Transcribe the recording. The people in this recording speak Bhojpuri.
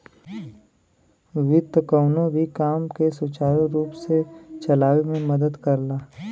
वित्त कउनो भी काम के सुचारू रूप से चलावे में मदद करला